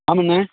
ஆமாண்ணே